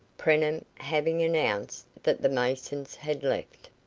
preenham, having announced that the masons had left.